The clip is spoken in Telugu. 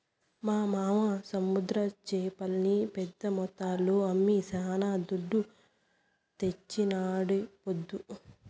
మా మావ సముద్ర చేపల్ని పెద్ద మొత్తంలో అమ్మి శానా దుడ్డు తెచ్చినాడీపొద్దు